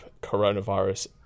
coronavirus